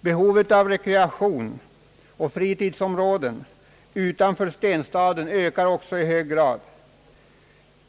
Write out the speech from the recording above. Behovet av rekreationsoch fritidsområden utanför stenstaden ökar också i hög grad,